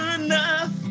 enough